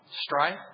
Strife